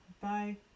Bye